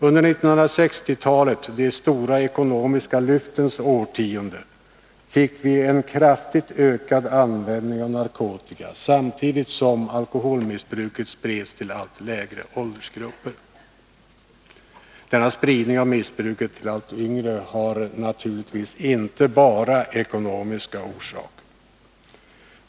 Under 1960-talet, de stora ekonomiska lyftens årtionde, fick vi en kraftigt ökad användning av narkotika samtidigt som alkoholmissbruket spreds till allt lägre åldersgrupper. Denna spridning av missbruket till allt yngre hade naturligtvis inte bara ekonomiska orsaker.